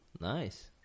Nice